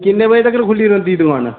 किन्ने किन्ने बजे तक्कर खुल्ली रौंंह्दी दकान